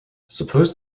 suppose